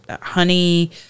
honey